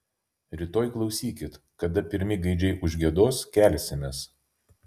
rytoj klausykit kada pirmi gaidžiai užgiedos kelsimės